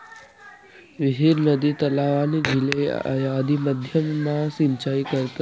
विहीर, नदी, तलाव, आणि झीले आदि माध्यम मा सिंचाई करतस